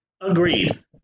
Agreed